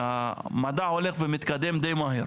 המדע הולך ומתקדם די מהר,